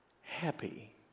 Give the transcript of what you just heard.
Happy